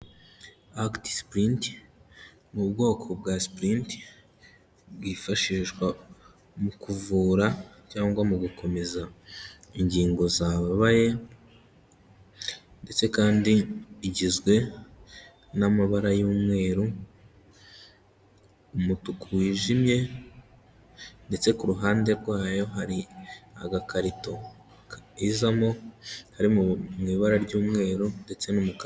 Akiti sipurinti ni ubwoko bwa sipurinti bwifashishwa mu kuvura cyangwa mu gukomeza ingingo zababaye, ndetse kandi igizwe n'amabara y'umweru, umutuku wijimye, ndetse ku ruhande rwayo hari agakarito izamo, kari mu ibara ry'umweru, ndetse n'umukara.